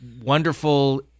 wonderful